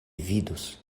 vidus